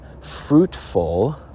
fruitful